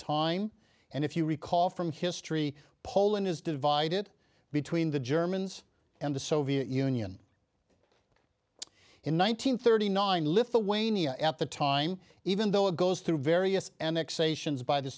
time and if you recall from history poland is divided between the germans and the soviet union in one nine hundred thirty nine lithuania at the time even though it goes through various